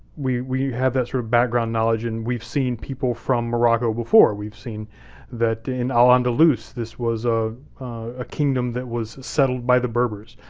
we we have that sort of background knowledge and we've seen people from morocco before. we've seen that in al-andalus this was a ah kingdom that was settled by the berbers.